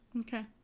Okay